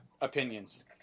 opinions